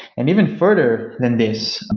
and even further than this,